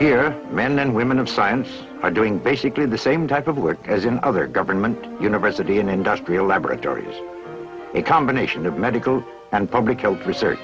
here men and women of science i doing basically the same type of work as in other government university and industrial laboratories a combination of medical and public health research